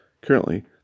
Currently